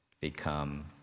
become